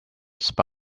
spy